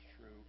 true